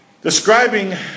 describing